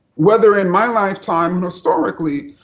whether in my lifetime and historically,